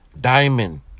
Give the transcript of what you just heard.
diamond